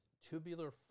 tubular